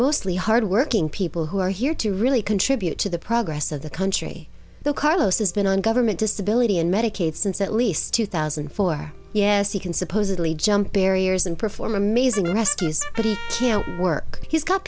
mostly hardworking people who are here to really contribute to the progress of the country so carlos has been on government disability and medicaid since at least two thousand and four yes he can supposedly jump barriers and perform amazing rescue